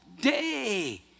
day